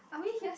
are we here